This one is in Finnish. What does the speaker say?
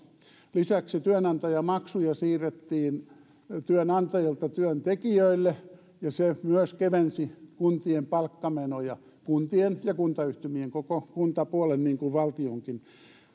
lisäksi työnantajamaksuja siirrettiin työnantajilta työntekijöille ja se myös kevensi kuntien palkkamenoja kuntien ja kuntayhtymien koko kuntapuolen niin kuin valtionkin